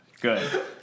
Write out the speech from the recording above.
Good